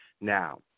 Now